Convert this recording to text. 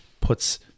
puts